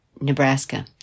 Nebraska